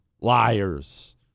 liars